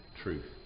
truth